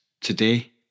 today